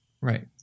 right